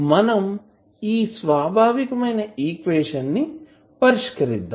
మనం ఈ స్వాభావికమైన ఈక్వేషన్ ని పరిష్కరిద్దాం